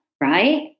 right